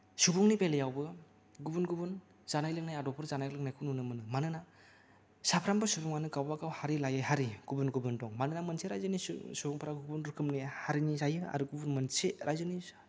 सुबुंनि बेलायावबो गुबुन गुबुन जानाय लोंनाय आदबफोर जानाय लोंनायखौ नुनो मोनो मानोना साफ्रोमबो सुबुंआनो गावबा गाव हारि लायै हारि गुबुन गुबुन दं मानोना मोनसे राइजोनि सुबुंफोरा गुबुन रोखोमनि हारिनि जायो आरो गुबुन मोनसे राइजोनि